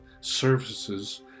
services